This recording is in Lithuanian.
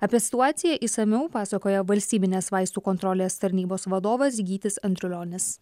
apie situaciją išsamiau pasakoja valstybinės vaistų kontrolės tarnybos vadovas gytis andrulionis